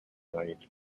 tonight